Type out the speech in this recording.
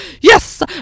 yes